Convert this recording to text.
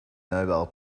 nobel